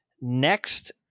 Next